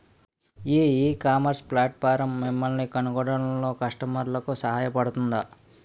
ఈ ecommerce platform మిమ్మల్ని కనుగొనడంలో కస్టమర్లకు సహాయపడుతుందా?